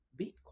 Bitcoin